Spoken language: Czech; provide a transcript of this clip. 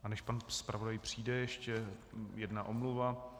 A než pan zpravodaj přijde, ještě jedna omluva.